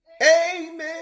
Amen